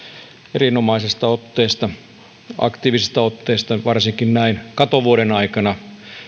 erinomaisesta otteesta aktiivisesta otteesta varsinkin näin katovuoden aikana